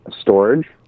Storage